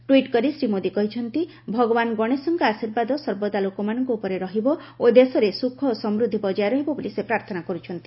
tweet କରି ଶ୍ରୀ ମୋଦୀ କହିଛନ୍ତି ଭଗବାନ ଗଣେଶଙ୍କ ଆଶୀର୍ବାଦ ସର୍ବଦା ଲୋକମାନଙ୍କ ଉପରେ ରହିବ ଓ ଦେଶରେ ସୁଖ ଓ ସମୃଦ୍ଧି ବଜାୟ ରହିବ ବୋଲି ସେ ପ୍ରାର୍ଥନା କରୁଛନ୍ତି